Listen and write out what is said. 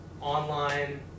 online